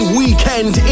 weekend